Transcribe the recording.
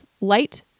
light